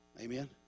amen